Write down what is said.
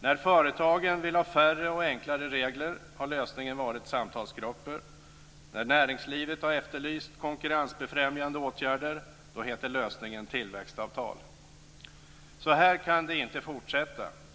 När företagen vill ha färre och enklare regler har lösningen varit samtalsgrupper. När näringslivet har efterlyst konkurrensbefrämjande åtgärder heter lösningen tillväxtavtal. Så här kan det inte fortsätta.